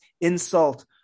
insult